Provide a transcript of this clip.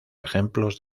ejemplos